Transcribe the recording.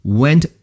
went